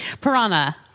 Piranha